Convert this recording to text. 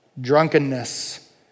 drunkenness